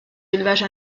élevages